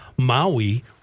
Maui